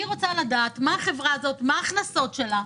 אני רוצה לדעת מה החברה הזאת, מה ההכנסות שלה.